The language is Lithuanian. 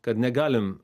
kad negalim